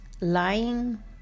lying